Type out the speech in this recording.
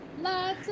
Lots